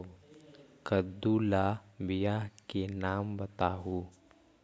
कददु ला बियाह के नाम बताहु?